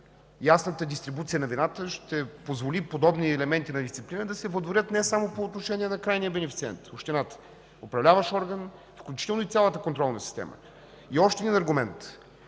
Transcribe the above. ясната дистрибуция на вината ще позволи подобни елементи на дисциплина да се въдворят не само по отношение на крайния бенефициент – общината, а за управляващия орган, включително и за цялата контролна система. Още един аргумент.